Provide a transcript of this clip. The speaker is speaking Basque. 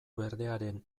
berdearen